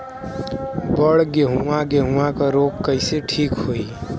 बड गेहूँवा गेहूँवा क रोग कईसे ठीक होई?